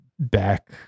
back